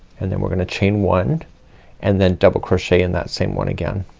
and then we're gonna chain one and then double crochet in that same one again.